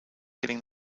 getting